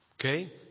Okay